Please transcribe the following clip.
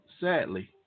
sadly